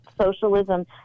socialism